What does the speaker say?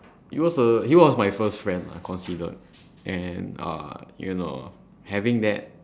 he was a he was my first friend lah considered and uh you know having that